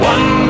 One